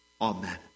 Amen